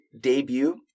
debut